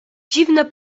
dziwne